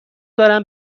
دارم